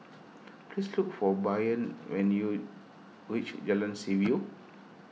please look for Bryant when you reach Jalan Seaview